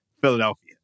Philadelphia